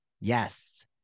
yes